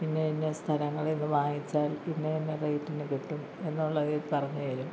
ഇന്ന ഇന്ന സ്ഥലങ്ങളിൽ നിന്ന് വാങ്ങിച്ചാൽ ഇന്ന ഇന്ന റേറ്റിന് കിട്ടും എന്നുള്ള ഇത് പറഞ്ഞുതരും